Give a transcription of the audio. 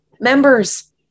members